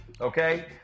Okay